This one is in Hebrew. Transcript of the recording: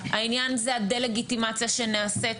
העניין זה הדה לגיטימציה שנעשית,